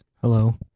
Hello